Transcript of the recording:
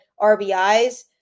RBIs